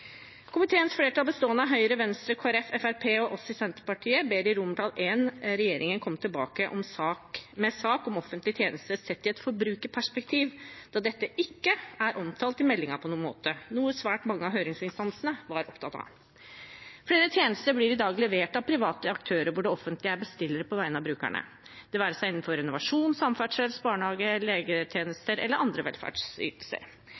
Komiteens flertall, bestående av Høyre, Venstre, Kristelig Folkeparti, Fremskrittspartiet og Senterpartiet ber i I regjeringen komme tilbake med en sak om offentlige tjenester sett i et forbrukerperspektiv, da dette ikke er omtalt i meldingen på noen måte, noe svært mange av høringsinstansene var opptatt av. Flere tjenester blir i dag levert av private aktører, hvor det offentlige er bestiller på vegne av brukerne. Det være seg innenfor renovasjon, samferdsel, barnehage,